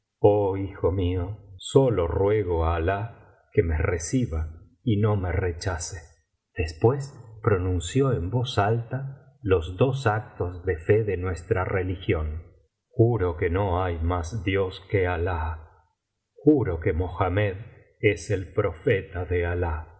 oh hijo mío sólo ruego á alah que me reciba y no me rechace después pronunció en voz alta los dos actos de fe de nuestra religión juro que no hay más dios que alah juro que mohamed es el profeta de alah